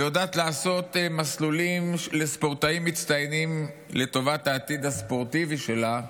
ויודעת לעשות מסלולים של ספורטאים מצטיינים לטובת העתיד הספורטיבי שלה,